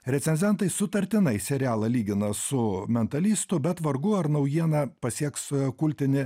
recenzentai sutartinai serialą lygina su mentalistu bet vargu ar naujiena pasieks kultinį